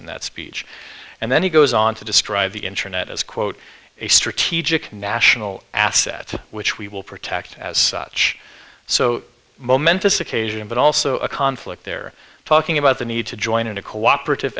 in that speech and then he goes on to describe the internet as quote a strategic national asset which we will protect as such so momentous occasion but also a conflict there talking about the need to join in a co operative